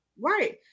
right